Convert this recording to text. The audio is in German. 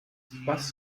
was